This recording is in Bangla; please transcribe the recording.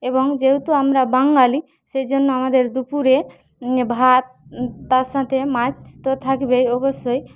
এবং যেহেতু আমরা বাঙালি সেই জন্য আমাদের দুপুরে ভাত তার সাথে মাছ তো থাকবেই অবশ্যই